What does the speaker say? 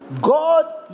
God